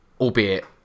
albeit